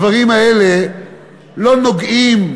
הדברים האלה לא נוגעים